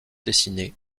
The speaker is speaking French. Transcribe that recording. dessinée